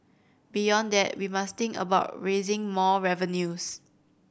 beyond that we must think about raising more revenues